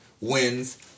wins